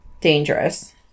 dangerous